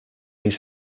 used